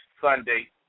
Sunday